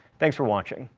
thanks for watching.